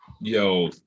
Yo